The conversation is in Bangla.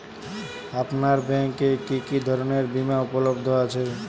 আপনার ব্যাঙ্ক এ কি কি ধরনের বিমা উপলব্ধ আছে?